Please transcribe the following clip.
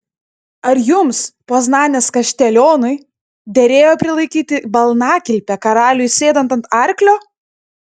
ar jums poznanės kaštelionui derėjo prilaikyti balnakilpę karaliui sėdant ant arklio